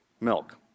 milk